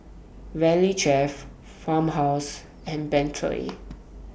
Valley Chef Farmhouse and Bentley